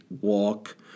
walk